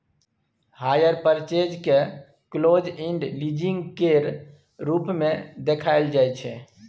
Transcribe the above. hire purchase केँ close end leasing केर रूप मे देखाएल जाइ छै